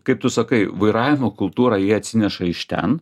kaip tu sakai vairavimo kultūrą jie atsineša iš ten